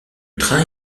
train